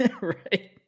right